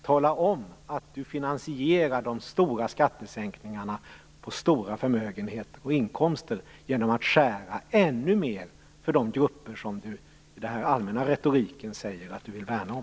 Tala om att ni finansierar de stora skattesänkningarna på stora förmögenheter och inkomster genom att skära ännu mer för de grupper som ni i den allmänna retoriken säger er värna om!